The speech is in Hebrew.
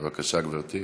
בבקשה, גברתי.